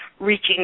reaching